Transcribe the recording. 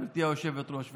גברתי היושבת-ראש.